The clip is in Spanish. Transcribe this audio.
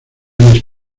les